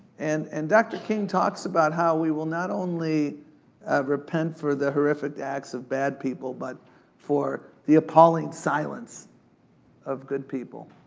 and and dr. king talks about how we will not only only ah repent for the horrific acts of bad people but for, the appealing silence of good people.